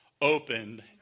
opened